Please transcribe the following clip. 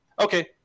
Okay